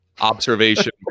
observation